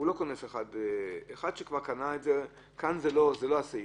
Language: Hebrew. אחד שכבר קנה, כאן זה לא הסעיף.